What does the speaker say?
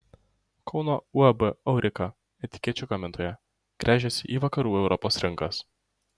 kauno uab aurika etikečių gamintoja gręžiasi į vakarų europos rinkas